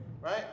right